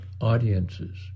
audiences